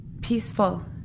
Peaceful